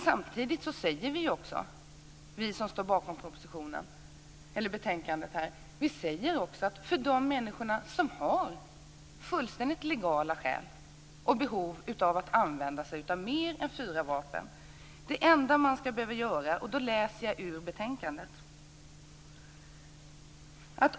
Samtidigt talar också vi som står bakom betänkandet om de människor som har fullständigt legala skäl och behov av att använda sig av mer än fyra vapen. Det enda de behöver göra är följande.